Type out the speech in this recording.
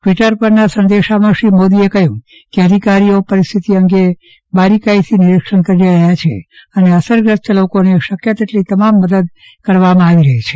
Twitter પરના સંદેશામાં શ્રી મોદીએ કહયું કે અધિકારીઓ પરિસ્થિતિ અંગે બારીકાઈથી નીરીક્ષણ કરી રહયાં છે અને અસરગ્રસ્ત લોકોને શકય તેટલી તમામ મદદ કરવામાં આવી રહી છે